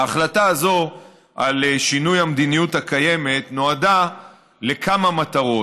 ההחלטה הזאת על שינוי המדיניות הקיימת נועדה לכמה מטרות.